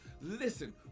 listen